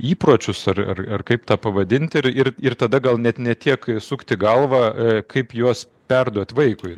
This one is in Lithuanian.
ir įpročius ar ar kaip tą pavadinti ir ir ir tada gal net ne tiek sukti galvą kaip juos perduot vaikui